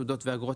תעודות ואגרות),